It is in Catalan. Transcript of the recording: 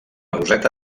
roseta